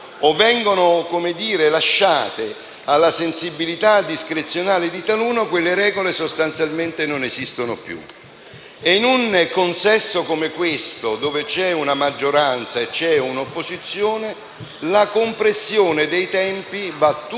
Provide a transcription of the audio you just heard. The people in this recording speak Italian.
o vengono lasciate alla sensibilità discrezionale di taluni, quelle regole sostanzialmente non esistono più. In un consesso come questo, in cui vi è una maggioranza e un'opposizione, la compressione dei tempi va tutta a